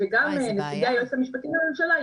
וגם לגבי היועץ המשפטי לממשלה,